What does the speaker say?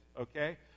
okay